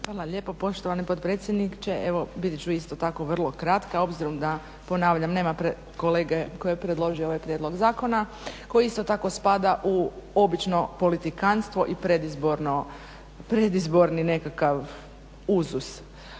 Hvala lijepo poštovani potpredsjedniče. Evo bit ću isto tako vrlo kratka obzirom da ponavljam, nema kolege koji je predložio ovaj prijedlog zakona koji isto tako spada u obično politikantstvo i predizborni nekakav uzus.